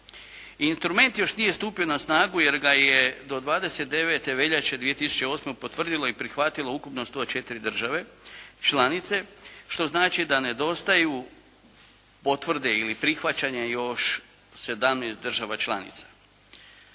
Instrument još nije stupio na snagu jer ga je do 29. veljače 2008. potvrdilo i prihvatilo ukupno 104 države članice što znači da nedostaju potvrde ili prihvaćanja još 17 država članica.